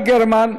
יעל גרמן,